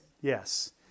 Yes